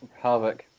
Harvick